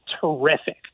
terrific